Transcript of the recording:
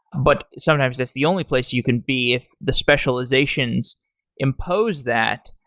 but sometimes that's the only place you can be if the specializations impose that.